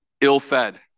ill-fed